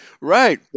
Right